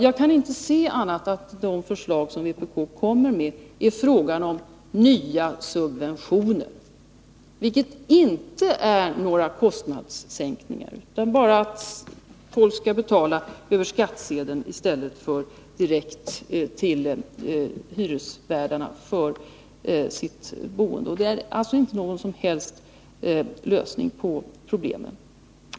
Jag kan inte se annat än att de förslag som vpk har lagt fram innebär nya subventioner, vilket inte är några kostnadssänkningar utan bara medför att folk får betala för sitt boende över skattsedeln i stället för direkt till hyresvärdarna. Det är alltså inte någon lösning på problemet.